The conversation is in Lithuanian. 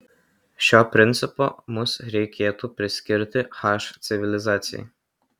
šio principo mus reikėtų priskirti h civilizacijai